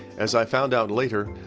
as i found out later,